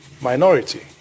minority